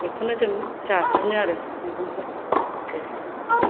बेखौनो जों जासिनो आरो मैगंफोरखौ दे